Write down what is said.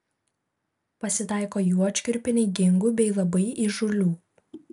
pasitaiko juočkių ir pinigingų bei labai įžūlių